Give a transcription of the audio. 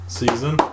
season